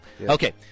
Okay